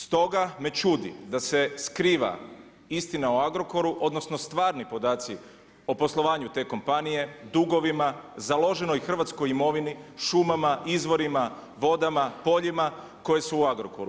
Stoga me čudi, da se skriva istina o Agrokoru, odnosno, stvarni podaci o poslovanju te kompanije, dugovima, založenoj hrvatskoj imovini, šumama, izvorima, vodama, poljima koji su u Agrokoru.